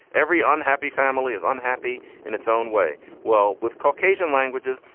every unhappy family is unhappy in its own way. well, with caucasian languages,